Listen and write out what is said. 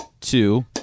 two